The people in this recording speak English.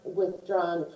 withdrawn